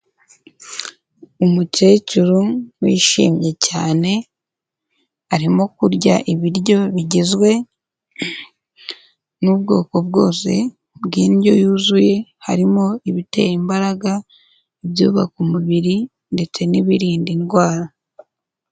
Umukecuru wishimye cyane arimo kurya ibiryo bigizwe n'ubwoko bwose bw'indyo yuzuye, harimo ibitera imbaraga, ibyubaka umubiri ndetse n'ibirinda indwara.